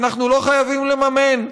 "אנחנו לא חייבים לממן",